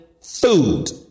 food